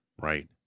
Right